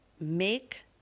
make